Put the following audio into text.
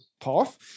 path